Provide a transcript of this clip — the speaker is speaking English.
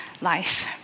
life